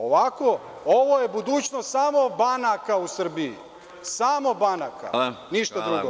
Ovako, ovo je budućnost samo banaka u Srbiji, samo banaka, ništa drugo.